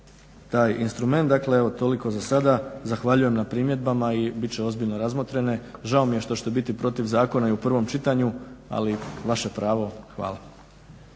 taj instrument. Dakle, evo toliko zasada. Zahvaljujem na primjedbama i bit će ozbiljno razmotrene. Žao mi je što ćete biti protiv zakona i u prvom čitanju, ali vaše je pravo. Hvala.